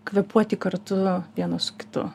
kvėpuoti kartu vienas su kitu